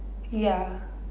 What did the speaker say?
ya